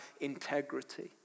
integrity